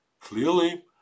Clearly